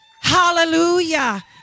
Hallelujah